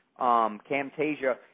Camtasia